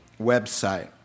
website